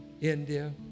India